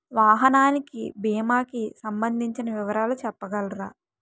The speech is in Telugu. వాహనానికి భీమా కి సంబందించిన వివరాలు చెప్పగలరా?